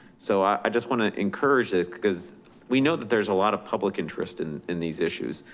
so i just want to encourage this because we know that there's a lot of public interest in in these issues.